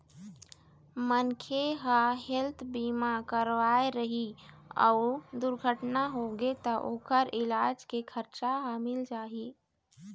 मनखे ह हेल्थ बीमा करवाए रही अउ दुरघटना होगे त ओखर इलाज के खरचा ह मिल जाही